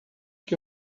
que